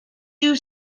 you